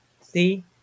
See